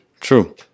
True